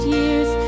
years